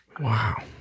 Wow